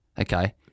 Okay